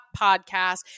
podcast